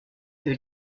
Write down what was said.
who